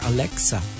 Alexa